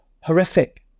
horrific